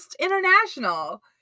International